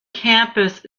campus